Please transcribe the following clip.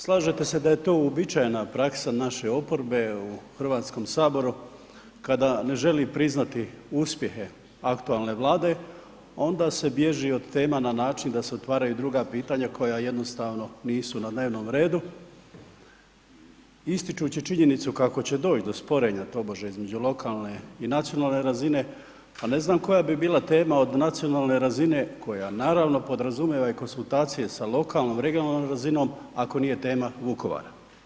Slažete se da je to uobičajena praksa naše oporbe u Hrvatskom saboru kada ne želi priznati uspjehe aktualne Vlade, onda se bježi od tema na način da se otvaraju druga pitanja koja jednostavno nisu na dnevnom redu, ističući činjenicu kako će doć' do sporenja tobože između lokalne i nacionalne razine, pa ne znam koja bi bila tema od nacionalne razine, koja naravno, podrazumijeva i konzultacije sa lokalnom, regionalnom razinom, ako nije tema Vukovar.